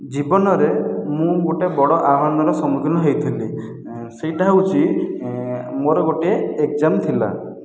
ଜୀବନରେ ମୁଁ ଗୋଟେ ବଡ଼ ଆହ୍ବାନର ସମ୍ମୁଖୀନ ହେଇଥିଲି ସେଇଟା ହେଉଛି ଏଁ ମୋର ଗୋଟିଏ ଏକଜାମ ଥିଲା